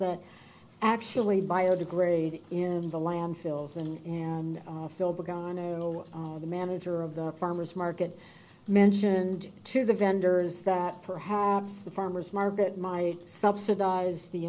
that actually biodegrade in the landfills and and fill goneril the manager of the farmer's market mentioned to the vendors that perhaps the farmer's market my subsidize the